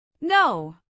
No